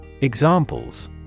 Examples